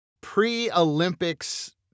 Pre-Olympics